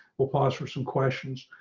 we'll pause for some questions.